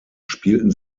spielten